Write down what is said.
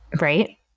Right